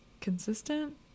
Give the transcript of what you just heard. consistent